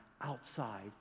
outside